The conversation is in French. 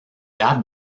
dates